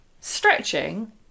Stretching